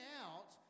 out